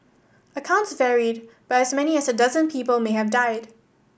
accounts varied but as many as a dozen people may have died